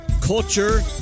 culture